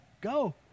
go